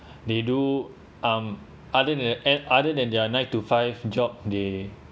they do um other than that and other than their nine to five job they